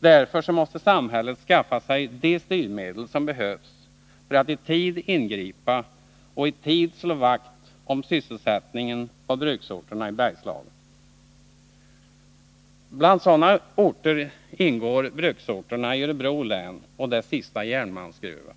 Därför måste samhället skaffa sig de styrmedel som behövs för att i tid ingripa och i tid slå vakt om sysselsättningen på bruksorterna i Bergslagen. Hit hör också bruksorterna i Örebro län och dess sista järnmalmsgruva.